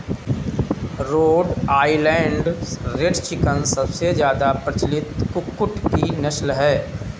road Island red chicken सबसे ज्यादा प्रचलित कुक्कुट की नस्ल है